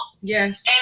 Yes